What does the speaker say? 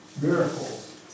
miracles